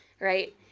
right